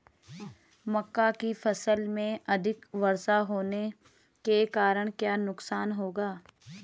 मक्का की फसल में अधिक वर्षा होने के कारण क्या नुकसान होगा?